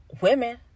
Women